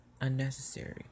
unnecessary